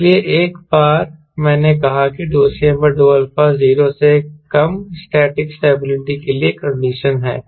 इसलिए एक बार मैंने कहा कि Cm∂α 0 से कम स्टैटिक स्टेबिलिटी के लिए कंडीशन है